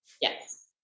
Yes